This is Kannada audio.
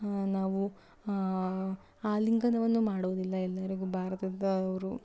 ನಾವು ಆಲಿಂಗನವನ್ನು ಮಾಡೋದಿಲ್ಲ ಎಲ್ಲರಿಗೂ ಭಾರತದವರು